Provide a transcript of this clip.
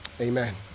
amen